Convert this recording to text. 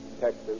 Texas